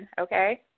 okay